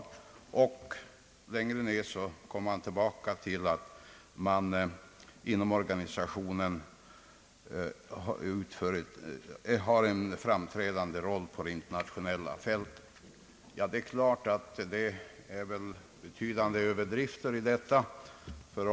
Längre ned i reservationen talas om organisationens »framträdande roll på det internationella fältet». Det är klart att betydande överdrifter ligger i detta.